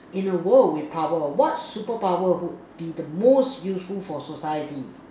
in the world with power what superpower would be the most useful for society